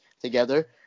together